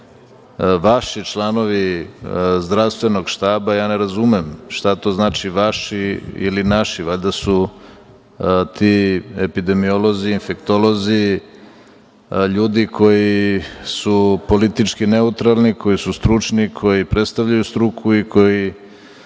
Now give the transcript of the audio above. vaši članovi zdravstvenog štaba, ja ne razumem šta to znači? Vaši ili naši? Valjda su ti epidemiolozi, infektolozi, ljudi koji su politički neutralni, koji su stručni, koji predstavljaju struku i koji